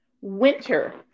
Winter